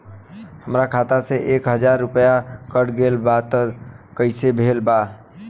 हमार खाता से एक हजार रुपया कट गेल बा त कइसे भेल बा?